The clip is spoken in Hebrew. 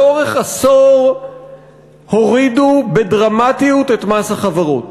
לאורך עשור הורידו בדרמטיות את מס החברות,